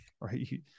right